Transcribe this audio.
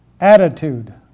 attitude